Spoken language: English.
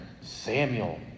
Samuel